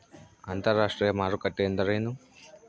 ಅಂತರಾಷ್ಟ್ರೇಯ ಮಾರುಕಟ್ಟೆ ಎಂದರೇನು?